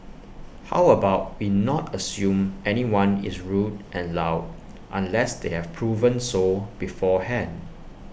how about we not assume anyone is rude and loud unless they have proven so beforehand